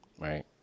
right